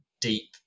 deep